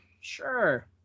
Sure